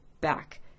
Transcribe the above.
back